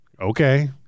okay